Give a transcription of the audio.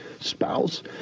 spouse